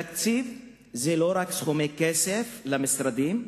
תקציב זה לא רק סכומי כסף למשרדים.